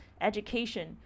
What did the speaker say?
education